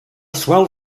swell